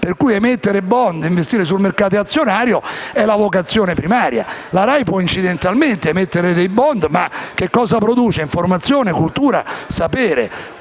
per cui emettere *bond* e investire sul mercato azionario è la vocazione primaria. La RAI può incidentalmente emettere dei *bond*, ma produce informazione, cultura e sapere.